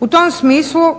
U tom smislu